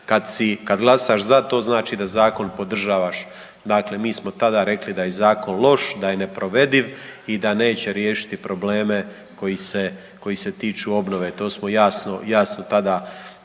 kad glasaš za to znači da zakon podržavaš, dakle mi smo tada rekli da je zakon loš, da je neprovediv i da neće riješiti probleme koji se, koji se tiču obnove, to smo jasno, jasno